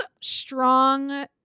strong